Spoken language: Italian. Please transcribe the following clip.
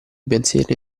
pensieri